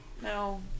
No